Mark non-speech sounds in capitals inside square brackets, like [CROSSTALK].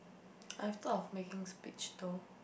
[NOISE] I have thought of making speech though